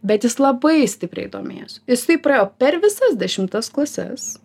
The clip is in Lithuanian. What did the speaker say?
bet jis labai stipriai domėjosi jisai praėjo per visas dešimtas klases